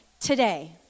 today